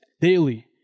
daily